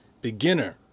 beginner